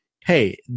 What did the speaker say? Hey